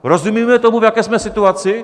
Rozumíme tomu, v jaké jsme situaci?